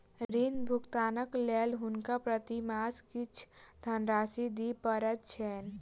ऋण भुगतानक लेल हुनका प्रति मास किछ धनराशि दिअ पड़ैत छैन